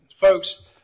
Folks